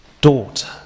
daughter